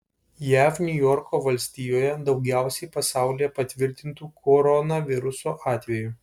jav niujorko valstijoje daugiausiai pasaulyje patvirtintų koronaviruso atvejų